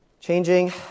Changing